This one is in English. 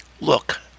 Look